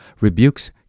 rebukes